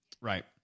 Right